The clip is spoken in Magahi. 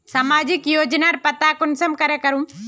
सामाजिक योजनार पता कुंसम करे करूम?